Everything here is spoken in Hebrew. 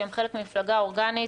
שהם חלק ממפלגה אורגנית,